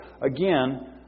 Again